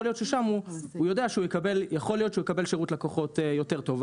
יכול להיות ששם הוא יקבל שירות לקוחות יותר טוב.